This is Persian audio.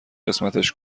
قسمتش